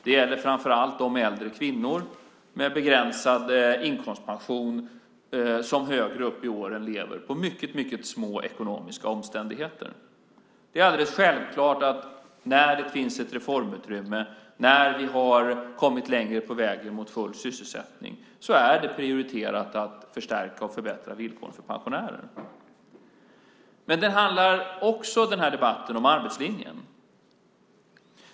Det gäller framför allt de äldre kvinnor med begränsad inkomstpension som högre upp i åren lever i mycket små ekonomiska omständigheter. Det är alldeles självklart att när det finns ett reformutrymme, när vi har kommit längre på vägen mot full sysselsättning, är det prioriterat att förstärka och förbättra villkoren för pensionärerna. Men den här debatten handlar också om arbetslinjen.